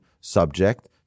subject